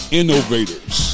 innovators